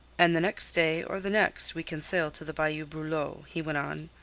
and the next day or the next we can sail to the bayou brulow, he went on.